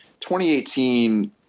2018